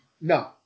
No